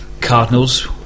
Cardinals